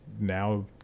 now